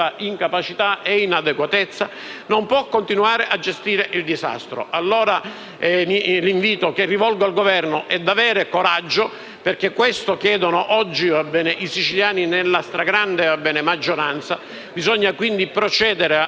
incapacità e inadeguatezza, non può continuare a gestire il disastro. L'invito che allora rivolgo al Governo è di avere coraggio, perché questo chiedono oggi i siciliani nella stragrande maggioranza. Bisogna quindi procedere a